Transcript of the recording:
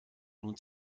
nun